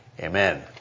amen